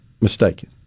mistaken